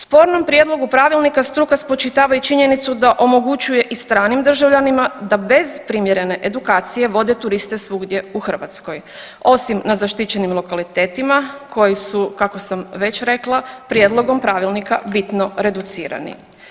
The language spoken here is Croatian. Spornom prijedlogu pravilnika struka spočitava i činjenicu da omogućuje i stranim državljanima da bez primjerene edukacije vode turiste svugdje u Hrvatskoj osim na zaštićenim lokalitetima koji su kako sam već rekla prijedlogom pravilnika bitno reducirani.